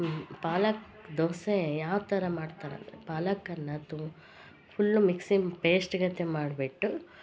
ಪಾಲಕ್ ದೋಸೆ ಯಾವ್ಥರ ಮಾಡ್ತಾರೆ ಅಂದರೆ ಪಾಲಕ್ಕನ್ನ ತುಮ್ ಪುಲ್ ಮಿಕ್ಸಿಂಗ್ ಪೇಸ್ಟ್ಗತೆ ಮಾಡ್ಬಿಟ್ಟು